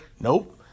Nope